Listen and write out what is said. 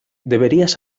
deberías